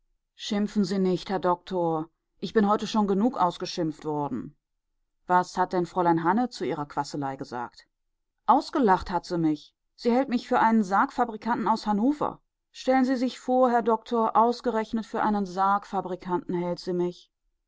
schimpfen sie nicht herr doktor ich bin heute schon genug ausgeschimpft worden was hat denn fräulein hanne zu ihrer quasselei gesagt ausgelacht hat sie mich sie hält mich für einen sargfabrikanten aus hannover stellen sie sich vor herr doktor ausgerechnet für einen sargfabrikanten hält sie mich